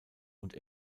und